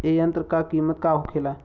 ए यंत्र का कीमत का होखेला?